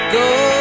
go